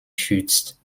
schützt